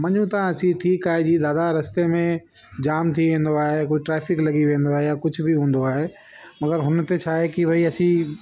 मञूं था असी ठीकु आहे जी दादा रस्ते में जामु थी वेंदो आहे पोइ ट्रेफिक लगी वेंदो आहे या कुझु बि हूंदो आहे मगरि हुनते छाहे की भई असीं